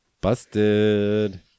Busted